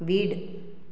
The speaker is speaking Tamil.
வீடு